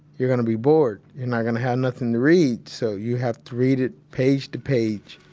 you're going to be bored. you're not going to have nothing to read, so you have to read it page to page.